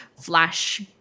flash